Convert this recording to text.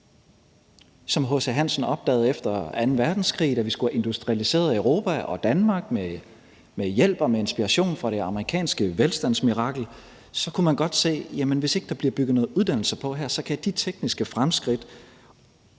H.C. Hansen opdagede efter anden verdenskrig, da vi skulle have industrialiseret Europa og Danmark. Med hjælp og med inspiration fra det amerikanske velstandsmirakel kunne man godt se, at hvis ikke der blev bygget noget uddannelse på, så kunne de tekniske fremskridt,